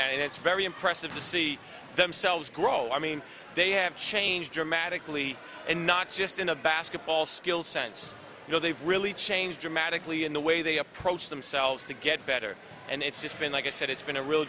that and it's very impressive to see them cells grow i mean they have changed dramatically and not just in a basketball skills sense you know they've really changed dramatically in the way they approach themselves to get better and it's just been like i said it's been a real